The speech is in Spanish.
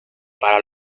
para